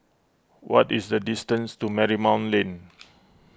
what is the distance to Marymount Lane